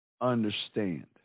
understand